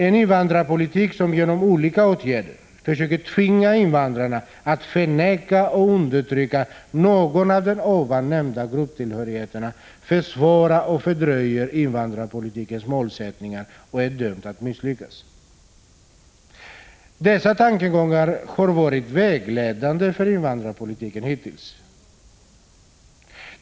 En invandrarpolitik som genom olika åtgärder försöker tvinga invandrarna att förneka och undertrycka någon av dessa grupptillhörigheter försvårar och fördröjer invandrarpolitikens målsättningar och är dömd att misslyckas. Dessa tankegångar har varit vägledande för invandrarpolitiken hittills.